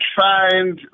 find